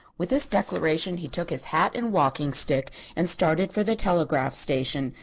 with this declaration he took his hat and walking stick and started for the telegraph station,